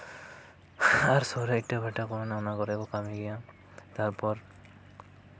ᱟᱨ ᱥᱩᱨ ᱨᱮ ᱤᱴᱟᱹ ᱵᱷᱟᱴᱟ ᱠᱚ ᱢᱮᱱᱟᱜ ᱜᱮᱭᱟ ᱚᱱᱟ ᱠᱚᱨᱮᱜ ᱠᱚ ᱠᱟᱹᱢᱤ ᱜᱮᱭᱟ ᱛᱟᱨᱯᱚᱨ